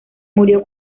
murió